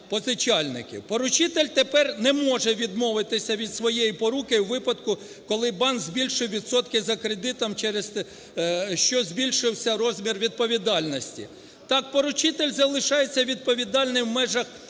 Поручитель тепер не може відмовитися від своєї поруки у випадку, коли банк збільшує відсотки за кредитом, що збільшився розмір відповідальності. Так, поручитель залишається відповідальним в межах